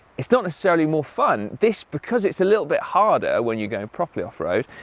it's not necessarily more fun. this, because it's a little bit harder when you're going properly off-road,